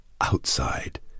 outside